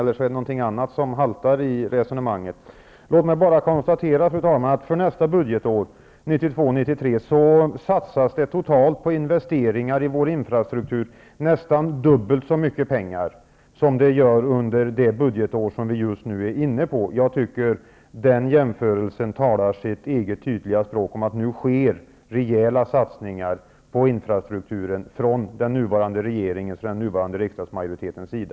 Om inte, är det något som haltar i resonemanget. Låt mig bara konstatera, fru talman, att det för nästa budgetår, 1992/93, totalt satsas på investeringar i vår infrastruktur nästan dubbelt så mycket pengar som under det innevarande budgetåret. Den jämförelsen talar sitt tydliga språk: det sker nu rejäla satsningar på infrastrukturen från den nuvarande regeringens och den nuvarande riksdagsmajoritetens sida.